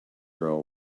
girl